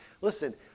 Listen